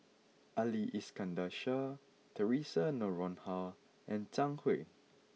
Ali Iskandar Shah Theresa Noronha and Zhang Hui